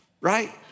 Right